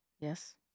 Yes